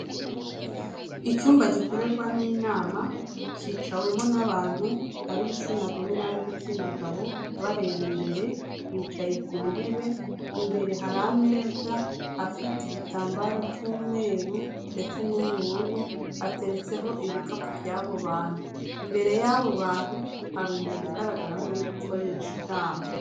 Icyumba gikorerwamo inama cyicawemo n'abantu ab'igitsina gore n'ab'igitsina gabo bareba imbere, bicaye ku ntebe imbere hari ameza afite igitambaro cy'umweru ndetse n'ubururu, ateretseho ibikapu by'abo bantu. Imbere y'abo bantu hari umuntu ugaragara nk'uri gukoresha inama.